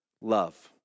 Love